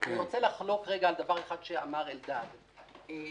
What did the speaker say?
אני רוצה לחלוק על דבר אחד שאמר אלדד קובלנץ.